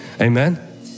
Amen